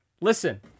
Listen